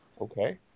Okay